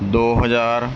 ਦੋ ਹਜ਼ਾਰ